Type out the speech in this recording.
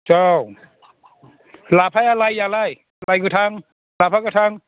जाव लाफाया लाययालाय लाय गोथां लाफा गोथां